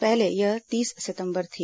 पहले यह तीस सितंबर थी